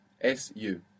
S-U